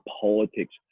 politics